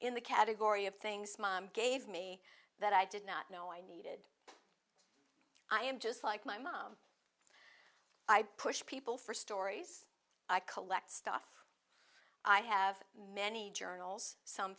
in the category of things mom gave me that i did not know i needed i am just like my mom i push people for stories i collect stuff i have many journals some